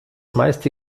meiste